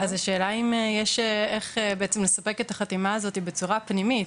אז השאלה אם יש איך בעצם לספק את החתימה הזאת בצורה פנימית,